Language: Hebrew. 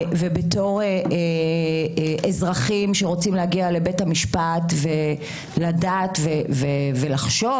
ובתור אזרחים שרוצים להגיע לבית המשפט ולדעת ולחשוב